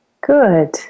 Good